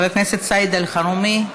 חבר הכנסת סעיד אלחרומי,